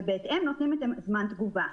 ובהתאם נותנים את זמן התגובה.